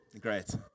Great